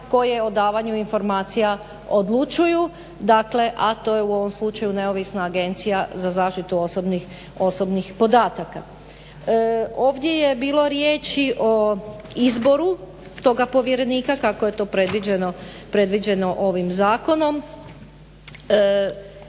koje o davanju informacija odlučuju a to je u ovom slučaju neovisna Agencija za zaštitu osobnih podataka. Ovdje je bilo riječi o izboru toga povjerenika kako je to predviđeno ovim zakonom.